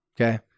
Okay